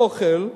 אוכל ודיור,